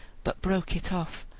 but broke it off,